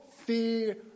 fear